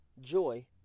joy